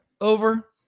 Over